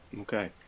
Okay